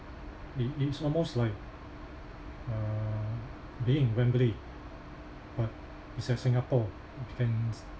it it's almost like uh being in wembley but it's at singapore we can